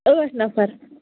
ٲٹھ نفر